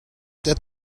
that